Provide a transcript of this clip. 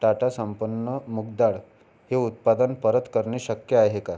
टाटा संपन्न मूग डाळ हे उत्पादन परत करणे शक्य आहे का